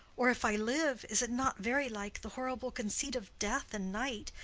or, if i live, is it not very like the horrible conceit of death and night,